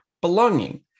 belonging